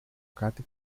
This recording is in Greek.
κάτι